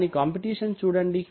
దాని కాంపిటీషన్ చూడండి